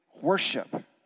worship